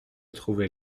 trouvait